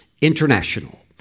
International